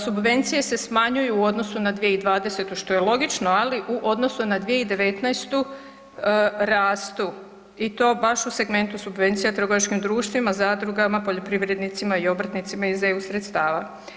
Subvencije se smanjuju u odnosu na 2020. što je logično, ali u odnosu na 2019. rastu i to baš u segmentu subvencija trgovačkim društvima, zadrugama, poljoprivrednicima i obrtnicima iz EU sredstava.